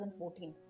2014